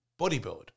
bodybuild